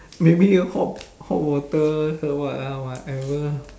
maybe use hot hot water uh what ah whatever ah